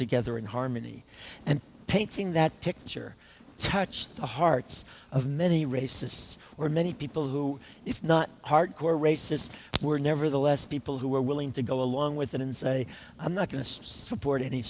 together in harmony and painting that picture touched the hearts of many racists or many people who if not hardcore racists were nevertheless people who were willing to go along with an insane i'm not going to support any